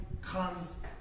comes